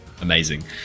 Amazing